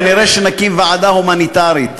כנראה נקים ועדה הומניטרית.